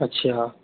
अच्छा